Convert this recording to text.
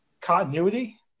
continuity